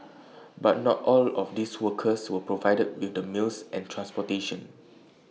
but not all of these workers were provided with the meals and transportation